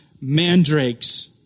mandrakes